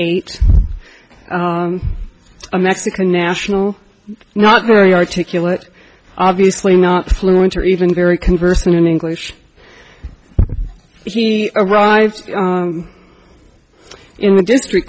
eight a mexican national not very articulate obviously not fluent or even very conversant in english he arrived in the district